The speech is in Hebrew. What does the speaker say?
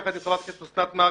יחד עם חברת הכנסת אוסנת מארק,